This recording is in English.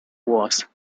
was